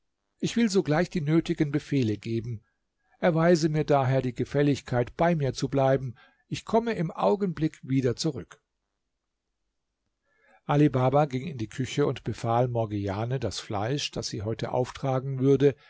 ich will sogleich die nötigen befehle geben erweise mir daher die gefälligkeit bei mir zu bleiben ich komme im augenblick wieder zurück ali baba ging in die küche und befahl morgiane das fleisch das sie heute auftragen würde